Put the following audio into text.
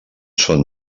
són